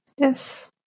Yes